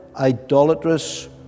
idolatrous